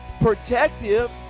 protective